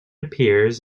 appears